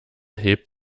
hebt